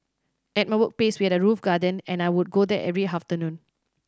at my workplace we had a roof garden and I would go there every afternoon